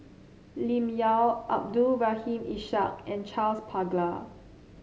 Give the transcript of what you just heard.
Lim Yau Abdul Rahim Ishak and Charles Paglar